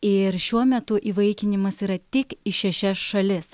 ir šiuo metu įvaikinimas yra tik į šešias šalis